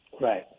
Right